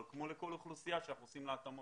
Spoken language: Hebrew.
אבל כמו לכל אוכלוסייה שאנחנו עושים לה התאמות.